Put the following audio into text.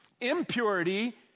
impurity